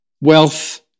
wealth